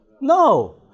No